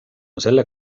selle